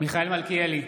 מיכאל מלכיאלי,